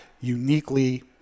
uniquely